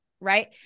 right